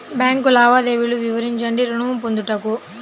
Bank లావాదేవీలు వివరించండి ఋణము పొందుటకు?